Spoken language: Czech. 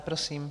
Prosím.